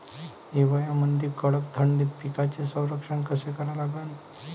हिवाळ्यामंदी कडक थंडीत पिकाचे संरक्षण कसे करा लागन?